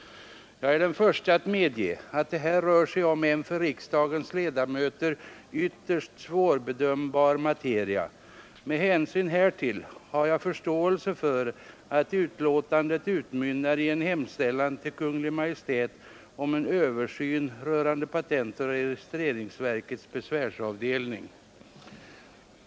Jag är den förste att medge att det här rör sig om en för riksdagens ledamöter ytterst svårbedömbar materia. Med hänsyn härtill har jag förståelse för att betänkandet utmynnar i en hemställan till Kungl. Maj:t om en översyn rörande patentoch registreringsverkets besvärsavdelning.